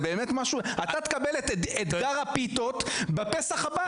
אתה תקבל את אתגר הפיתות בפסח הבא,